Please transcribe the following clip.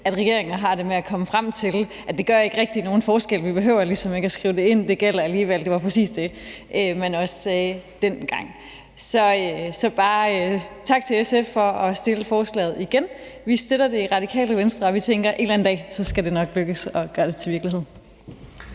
at regeringer har det med at komme frem til, at det ikke rigtig gør nogen forskel, og at vi ligesom ikke behøver at skrive det ind, for det gælder alligevel. Det var præcis det, man også sagde dengang. Så tak til SF for at fremsætte forslaget igen. Vi støtter det i Radikale Venstre, og vi tænker, at en eller anden dag skal det nok lykkes at gøre det til virkelighed.